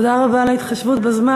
תודה רבה על ההתחשבות בזמן.